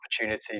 opportunity